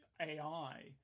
AI